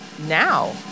now